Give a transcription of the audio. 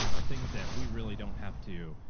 you know are things that we really don't have to.